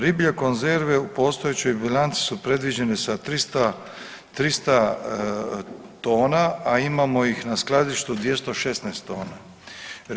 Riblje konzerve u postojećoj bilanci su predviđene sa 300 tona, a imamo ih na skladištu 216 tona.